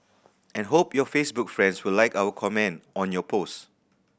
and hope your Facebook friends will like or comment on your post